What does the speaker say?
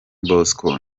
bosco